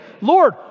Lord